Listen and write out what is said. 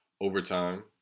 overtime